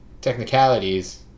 technicalities